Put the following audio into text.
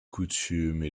coutumes